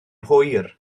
hwyr